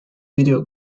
video